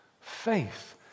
faith